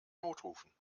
notrufen